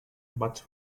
but